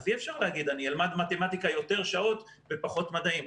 אי אפשר להגיד: אני אלמד מתמטיקה יותר שעות ופחות מדעים.